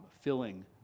filling